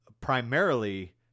primarily